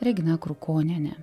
regina krukoniene